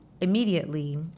immediately